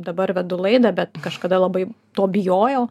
dabar vedu laidą bet kažkada labai to bijojau